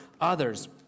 others